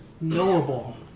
knowable